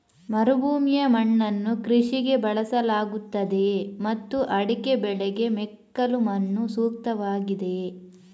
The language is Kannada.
ಮರುಭೂಮಿಯ ಮಣ್ಣನ್ನು ಕೃಷಿಗೆ ಬಳಸಲಾಗುತ್ತದೆಯೇ ಮತ್ತು ಅಡಿಕೆ ಬೆಳೆಗೆ ಮೆಕ್ಕಲು ಮಣ್ಣು ಸೂಕ್ತವಾಗಿದೆಯೇ?